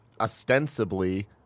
ostensibly